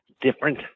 different